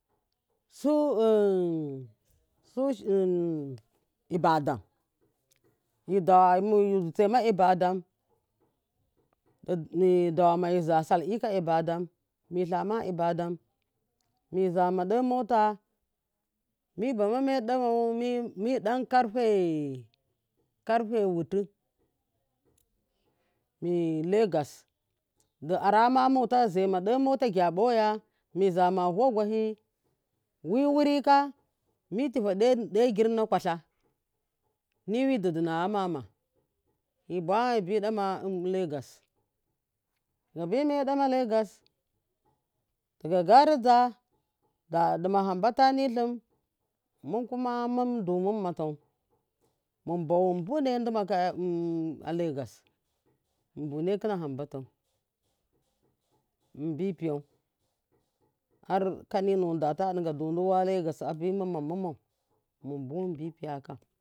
Su su ibadudan yudu tisemaibadan miduwa ka mizasall ka ibaduin mi lama ibadan mizama ɗe motu mi ba mame ɗamo miɗan karfe karfe wutu lagas di arama mota duzema ɗe mota gyaɓoya mi zima vuwa gwahi wi wuriku mitiva ɗe girna kwala niwi didina a yama mu dama mibama mida ma lagos dage miye ɗama lagos daga ga rijha da duma hanibata ni lim mun kuma mundu mumma tau mum bawun mun bune duma khutuwun a lagas munbune khuna hanu batau mumbipiyau har kaninuwan data duduwa lagas a bi muma mumau munbuwun mun bi piya akam.